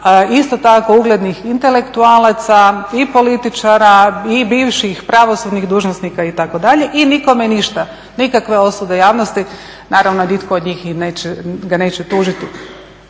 isto tako uglednih intelektualaca i političara i bivših pravosudnih dužnosnika itd. i nikome ništa, nikakve osude javnosti. Naravno, nitko od njih ga neće tužiti.